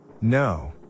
No